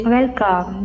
Welcome